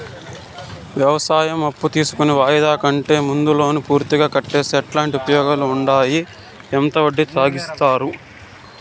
వ్యవసాయం అప్పు తీసుకొని వాయిదా కంటే ముందే లోను పూర్తిగా కట్టేస్తే ఎట్లాంటి ఉపయోగాలు ఉండాయి? ఎంత వడ్డీ తగ్గిస్తారు?